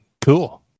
cool